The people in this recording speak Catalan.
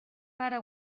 pare